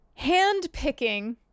handpicking